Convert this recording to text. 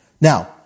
Now